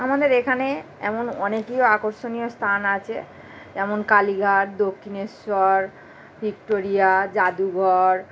আমাদের এখানে এমন অনেকই আকর্ষণীয় স্থান আছে যেমন কালীঘাট দক্ষিণেশ্বর ভিক্টোরিয়া জাদুঘর